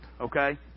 Okay